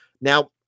now